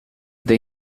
the